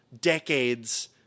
decades